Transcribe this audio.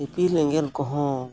ᱤᱯᱤᱞ ᱮᱸᱜᱮᱞ ᱠᱚᱦᱚᱸ